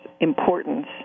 importance